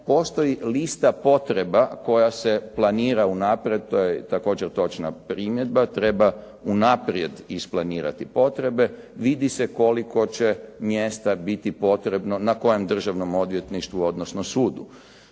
postoji lista potreba koja se planira unaprijed, to je također točna primjedba. Treba unaprijed isplanirati potrebe. Vidi se koliko će mjesta biti potrebno, na kojem državnom odvjetništvu, odnosno sudu.